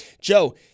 Joe